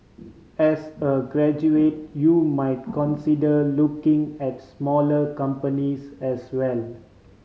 as a graduate you might consider looking at smaller companies as well